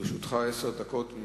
לרשותך עשר דקות.